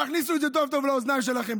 תכניסו את זה טוב-טוב לאוזניים שלכם.